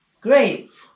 Great